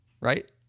right